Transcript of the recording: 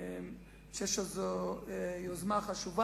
אני חושב שזאת יוזמה חשובה.